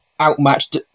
outmatched